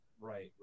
right